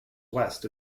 west